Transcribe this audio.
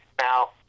Now